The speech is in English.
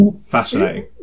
Fascinating